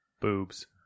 Boobs